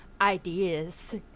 ideas